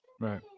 Right